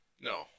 No